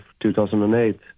2008